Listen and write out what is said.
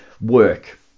work